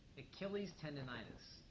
achilles tendinitis,